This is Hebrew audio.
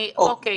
אוקיי.